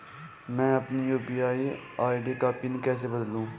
मैं अपनी UPI ID का पिन कैसे बदलूं?